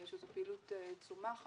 שזאת פעילות צומחת,